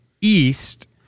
east